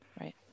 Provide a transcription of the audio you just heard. right